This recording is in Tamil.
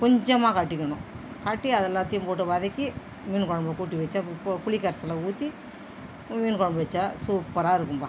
கொஞ்சமாக காட்டிக்கிணும் காட்டி அது எல்லாத்தையும் போட்டு வதக்கி மீன் குழம்பு போட்டு வச்சா பு புளி கரைசலை ஊற்றி மீன் குழம்பு வச்சா சூப்பராக இருக்கும்ப்பா